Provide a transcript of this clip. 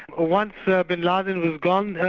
once but bin laden was gone,